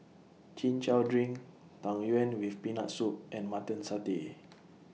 Chin Chow Drink Tang Yuen with Peanut Soup and Mutton Satay